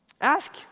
Ask